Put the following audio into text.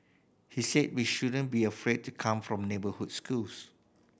he said we shouldn't be afraid to come from neighbourhood schools